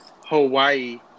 Hawaii